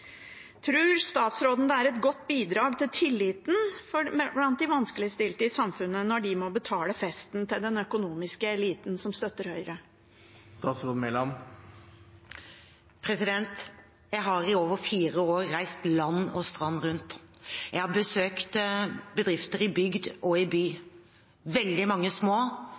vanskeligstilte i samfunnet når de må betale festen til den økonomiske eliten som støtter Høyre? Jeg har i over fire år reist land og strand rundt. Jeg har besøkt bedrifter i bygd og i by – veldig mange små,